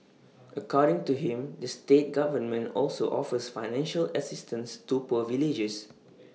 according to him the state government also offers financial assistance to poor villagers